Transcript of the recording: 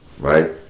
right